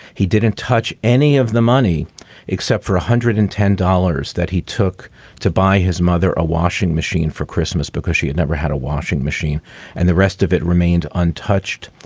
he didn't touch any of the money except for one hundred and ten dollars that he took to buy his mother a washing machine for christmas because she had never had a washing machine and the rest of it remained untouched.